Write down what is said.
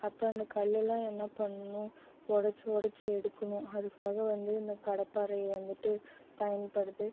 அப்போ அந்த கல்லுலாம் என்ன பண்ணணும் ஒடைச்சி ஒடைச்சி எடுக்கணும் அதுக்காக வந்து இந்த கடப்பாரை வந்துட்டு பயன்படுது